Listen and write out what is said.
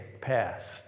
passed